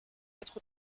être